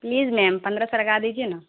please ma'am پندرہ سو لگا دیجیے نا